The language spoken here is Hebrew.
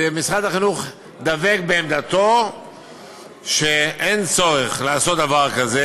משרד החינוך דבק בעמדתו שאין צורך לעשות דבר כזה.